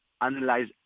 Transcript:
analyze